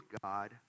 God